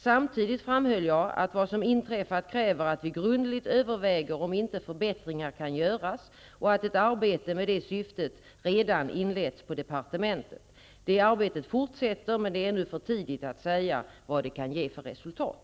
Samtidigt framhöll jag att vad som inträffat kräver att vi grundligt överväger om inte förbättringar kan göras och att ett arbete med det syftet redan inletts på departementet. Det arbetet fortsätter, men det är ännu för tidigt att säga vad det kan ge för resultat.